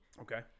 Okay